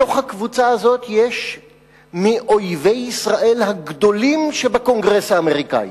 בתוך הקבוצה הזאת יש מאויבי ישראל הגדולים שבקונגרס האמריקני.